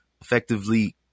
effectively